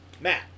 Matt